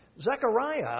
Zechariah